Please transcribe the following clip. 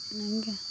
ᱤᱱᱟᱹᱜᱮ